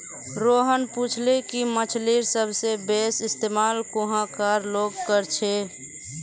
रोहन पूछले कि मछ्लीर सबसे बेसि इस्तमाल कुहाँ कार लोग कर छे